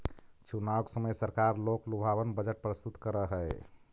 चुनाव के समय सरकार लोकलुभावन बजट प्रस्तुत करऽ हई